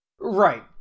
Right